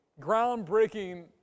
groundbreaking